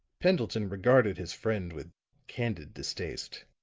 pendleton regarded his friend with candid distaste.